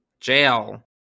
Jail